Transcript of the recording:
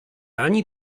ani